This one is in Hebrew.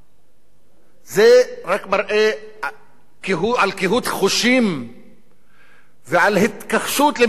זה רק מראה על קהות חושים ועל התכחשות למצוקתם של האנשים.